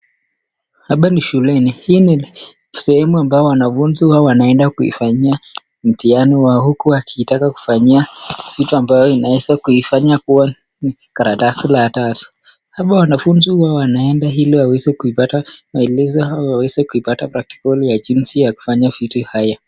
Shuleni na hapa ni sehemu ambapo wanafunnzi huwa wanaenda kufanyia mtihani wao huku wakitaka kuifanyia kitu ambayo inaweza kuwa karatasi la tasu. Hapa huwa wanaenda ili waweza kuipata maelezo au practical ya jinsi kuifanya mambo haya.